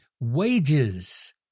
wages